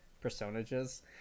personages